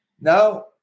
Now